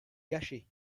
gâché